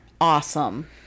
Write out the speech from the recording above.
Awesome